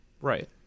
right